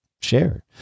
share